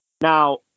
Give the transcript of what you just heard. now